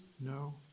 no